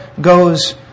goes